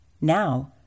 Now